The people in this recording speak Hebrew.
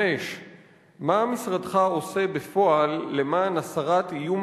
5. מה משרדך עושה בפועל למען הסרת איום